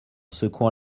secouant